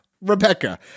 Rebecca